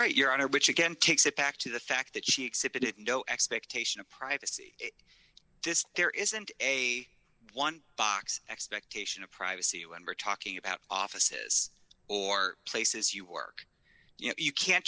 right your honor which again takes it back to the fact that she accepted it no expectation of privacy this there isn't a one box expectation of privacy when we're talking about offices or places you work you know you can't